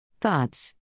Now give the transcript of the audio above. Thoughts